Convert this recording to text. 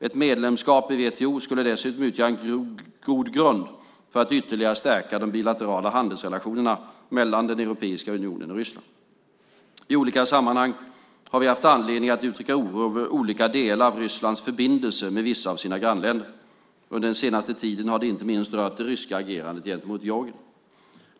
Ett medlemskap i WTO skulle dessutom utgöra en god grund för att ytterligare stärka de bilaterala handelsrelationerna mellan Europeiska unionen och Ryssland. I olika sammanhang har vi haft anledning att uttrycka oro över olika delar av Rysslands förbindelser med vissa av sina grannländer. Under den senaste tiden har det inte minst rört det ryska agerandet gentemot Georgien.